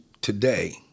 today